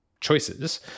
choices